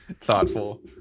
thoughtful